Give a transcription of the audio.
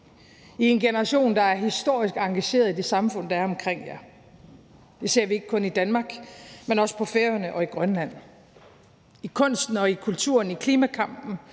er en generation, der er historisk engageret i det samfund, der er omkring jer. Det ser vi ikke kun i Danmark, men også på Færøerne og i Grønland. I kunsten og i kulturen, i klimakampen,